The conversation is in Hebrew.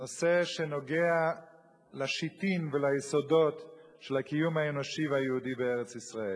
נושא שנוגע לשיתין וליסודות של הקיום האנושי והיהודי בארץ-ישראל.